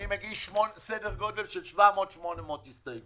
אני מגיש סדר גודל של 800-700 הסתייגויות.